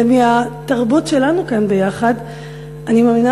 ומהתרבות שלנו כאן ביחד אני מאמינה